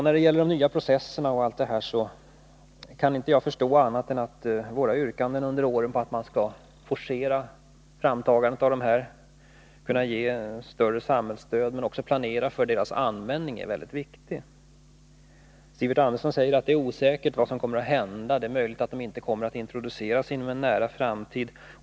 När det gäller de nya processerna kan jag inte förstå annat än att våra yrkanden under åren om att man skall forcera framtagandet av processerna och ge större samhällsstöd, men också planera för deras användning, är mycket viktiga. Sivert Andersson säger att det är osäkert vad som kommer att hända, att dessa nya processer möjligen inte kommer att introduceras inom en nära framtid.